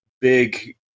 big